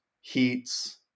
heats